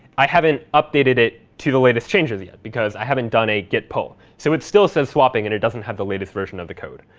i haven't updated it to the latest changes yet. because i haven't done a git pull. so it still says swapping, and it doesn't have the latest version of the code.